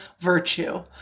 virtue